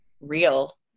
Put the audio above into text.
real